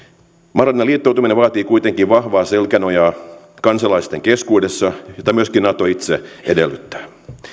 mahdollinen liittoutuminen vaatii kuitenkin vahvaa selkänojaa kansalaisten keskuudessa jota myöskin nato itse edellyttää